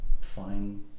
fine